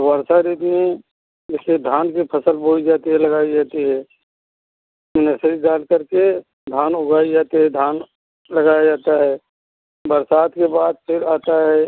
वर्षा ऋतु में जैसे धान की फसल बोई जाती है लगाई जाती है ऐसे ही जानकर के धान उगाए जाते हैं धान लगाया जाता है बरसात के बाद फिर आता है